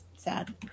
sad